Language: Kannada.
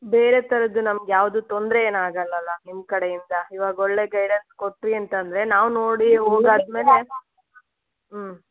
ಬೇರೆ ಥರದ ನಮ್ಗೆ ಯಾವುದೂ ತೊಂದರೆ ಏನೂ ಆಗಲ್ಲಲ್ವ ನಿಮ್ಮ ಕಡೆಯಿಂದ ಇವಾಗ ಒಳ್ಳೆಯ ಗೈಡೆನ್ಸ್ ಕೊಟ್ಟಿರಿ ಅಂತಂದರೆ ನಾವು ನೋಡಿ ಹೋಗಾದ ಮೇಲೆ ಹ್ಞೂ